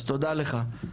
אז תודה לך.